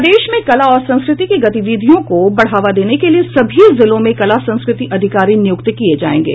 प्रदेश में कला और संस्कृति की गतिविधियों को बढ़ावा देने के लिये सभी जिलों में कला संस्कृति अधिकारी नियुक्त किये जायेंगे